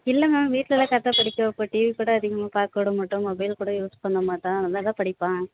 இல்லை மேம் வீட்ல எல்லாம் கரெக்டாக படிக்க வைப்பேன் டிவிக்கூட அதிகமாக பார்க்க விடமாட்டோம் மொபைல் கூட யூஸ் பண்ணமாட்டான் நல்லா தான் படிப்பான்